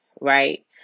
right